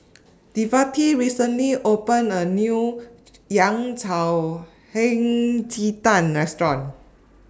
Devante recently opened A New Yao Cao Hei Ji Tang Restaurant